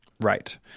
Right